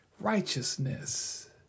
righteousness